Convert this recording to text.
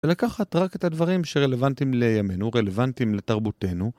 ולקחת רק את הדברים שרלוונטיים לימינו, רלוונטיים לתרבותינו.